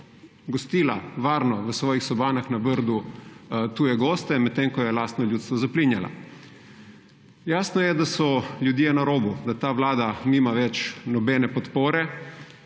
gostila varno v svojih sobanah na Brdu tuje goste, medtem ko je lastno ljudstvo zaplinjala. Jasno je, da so ljudje na robu, da ta vlada nima več nobene podpore.